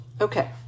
Okay